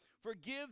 forgive